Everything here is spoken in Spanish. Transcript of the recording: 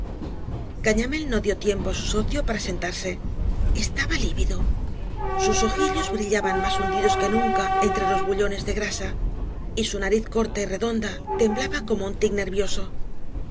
valencia gañamél no dio tiempo á su socio para sentarse estaba lívido sus ojillos brillaban más hundídos que nunca entre los bullones de grasa y sa nariz corta y redonda temblaba como un tic nervioso